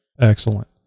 Excellent